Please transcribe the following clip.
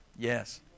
Yes